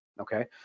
okay